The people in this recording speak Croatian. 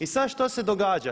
I sada što se događa?